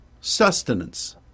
sustenance